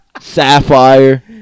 Sapphire